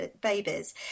babies